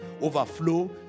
overflow